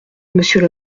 monsieur